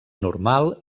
normal